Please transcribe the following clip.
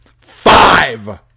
Five